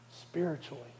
spiritually